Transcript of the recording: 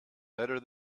better